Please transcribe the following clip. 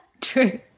True